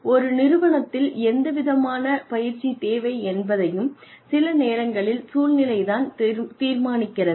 ஒரு நிறுவனத்தில் எந்தவிதமான பயிற்சி தேவை என்பதையும் சில நேரங்களில் சூழ்நிலை தான் தீர்மானிக்கிறது